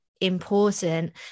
important